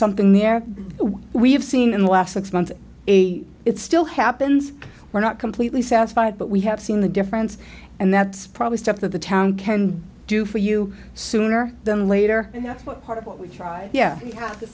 something there we have seen in the last six months it still happens we're not completely satisfied but we have seen the difference and that's probably stuff that the town can do for you sooner than later and that's what part of what we try yeah